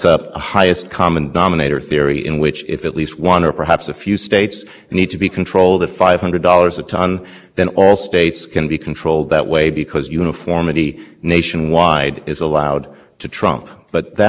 as an alternative to this course across the board uniform invalidation of the rule and inherent in an as applied challenge to an individual state emissions budget is that if that challenge is merit